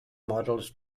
models